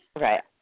Right